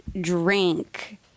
drink